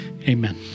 Amen